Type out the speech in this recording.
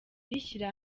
rishyira